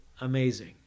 amazing